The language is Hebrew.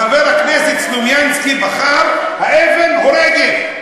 חבר הכנסת סלומינסקי בחר: האבן הורגת.